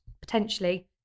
Potentially